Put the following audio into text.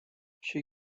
she